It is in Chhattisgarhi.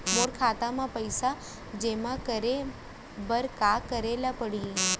मोर खाता म पइसा जेमा करे बर का करे ल पड़ही?